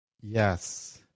Yes